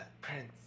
prince